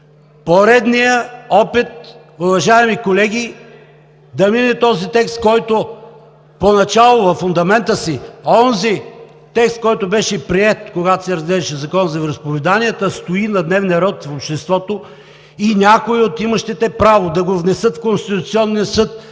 поредният опит, уважаеми колеги, да мине този текст. Той поначало във фундамента си онзи текст, който беше приет, когато се разглеждаше Законът за вероизповеданията, стои на дневен ред в обществото и някои от имащите право да го внесат в Конституционния съд